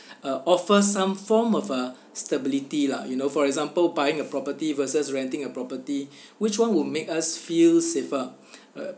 uh offers some form of uh stability lah you know for example buying a property versus renting a property which one will make us feel safer uh